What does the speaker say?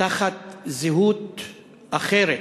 תחת זהות אחרת,